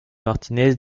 martinez